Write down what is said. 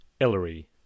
Ellery